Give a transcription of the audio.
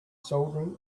soldering